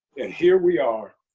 and here we are